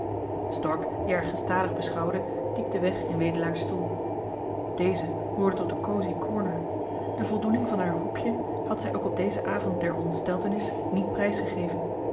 stork die haar gestadig beschouwde diepte weg in wedelaar's stoel deze hoorde tot den cosey corner de voldoening van haar hoekje had zij ook op dezen avond der ontsteltenis niet prijs gegeven